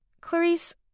Clarice